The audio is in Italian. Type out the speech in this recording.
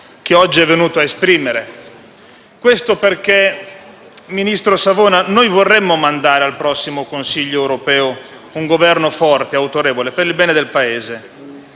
che oggi è venuto a esprimere. Ministro Savona, noi vorremmo mandare al prossimo Consiglio europeo un Governo forte e autorevole, per il bene del Paese;